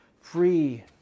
free